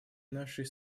нашей